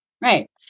right